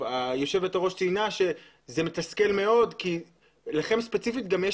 היושבת-ראש ציינה שזה מתסכל מאוד כי לכם ספציפית גם יש